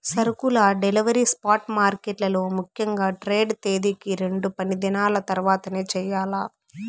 సరుకుల delivery spot మార్కెట్లలో ముఖ్యంగా ట్రేడ్ తేదీకి రెండు పనిదినాల తర్వాతనే చెయ్యాల్ల